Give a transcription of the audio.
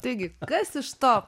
taigi kas iš to